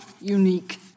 unique